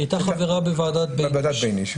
היא הייתה חברה בוועדת בייניש.